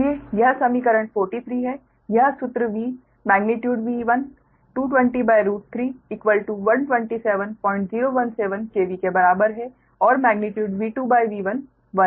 इसलिए यह समीकरण 43 है यह सूत्र V मेग्नीट्यूड V12203 127017 KV के बराबर है और मेग्नीट्यूड V 2V 1 1 है